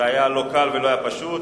זה לא היה קל ולא פשוט.